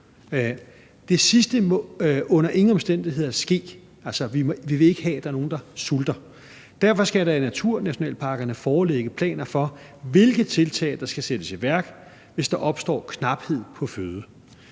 ske. Altså, vi vil ikke have, at nogen sulter. Derfor skal der i naturnationalparkerne foreligge planer for, hvilke tiltag der skal sættes i værk, hvis der opstår knaphed på føde.